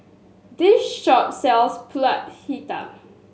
this shop sells Pulut Hitam